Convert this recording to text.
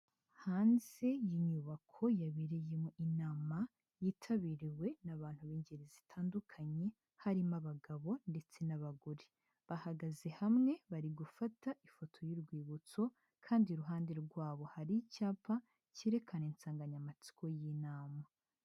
Hanze y'inyubako yabereyemo inama yitabiriwe n'abantu b'ingeri zitandukanye harimo abagabo ndetse n'abagore, bahagaze hamwe bari gufata ifoto y'urwibutso kandi iruhande rwabo hari icyapa cyerekana insanganyamatsiko y'inama.